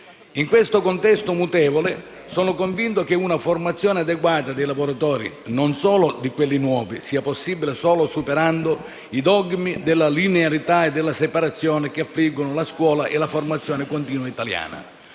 In questo contesto mutevole, sono convinto che una formazione adeguata dei lavoratori (non solo di quelli nuovi) sia possibile solo superando i dogmi della linearità e della separazione che affliggono la scuola e la formazione continua italiana.